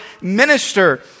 minister